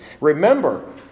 Remember